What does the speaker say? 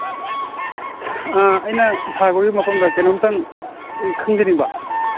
ꯑꯩꯅ ꯁꯥꯔ ꯍꯣꯏꯒꯤ ꯃꯐꯝꯗ ꯀꯩꯅꯣꯝꯇꯪ ꯈꯪꯖꯅꯤꯡꯕ